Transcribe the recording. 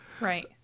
Right